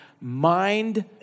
mind